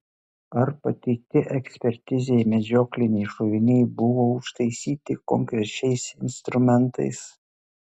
ar pateikti ekspertizei medžiokliniai šoviniai buvo užtaisyti konkrečiais instrumentais